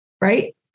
right